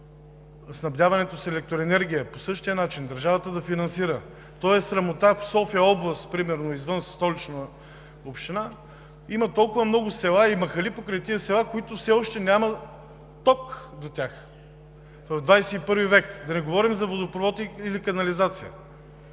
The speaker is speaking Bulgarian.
снабдяването с електроенергия, по същия начин държавата да финансира. То е срамота в София област примерно, извън Столична община има толкова много села и махали покрай тези села, в които все още няма ток до тях в XXI век, да не говорим за водопровод или канализация.